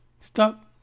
Stop